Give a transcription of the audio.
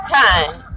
time